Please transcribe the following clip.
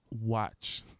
watch